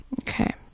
Okay